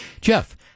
Jeff